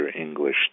English